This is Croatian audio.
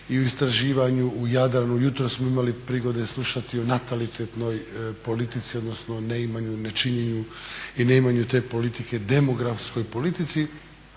i u istraživanju u Jadranu, jutros smo imali prigode slušati o natalitetnoj politici, odnosno ne imanju i nečinjenju i ne imanju te politike, demografskoj politici.